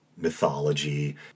mythology